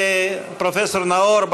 פרופסור נאור,